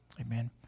Amen